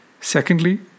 Secondly